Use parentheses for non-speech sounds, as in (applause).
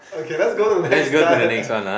okay let's go to the next card (laughs)